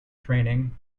training